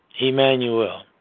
Emmanuel